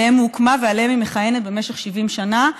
שעליהם היא הוקמה ושעליהם היא מכהנת במשך 70 שנה,